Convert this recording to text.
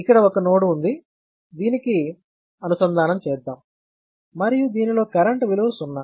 ఇక్కడ ఒక నోడ్ ఉంది దీనికి అనుసంధానం చేద్దాం మరియు దీనిలో కరెంట్ విలువ సున్నా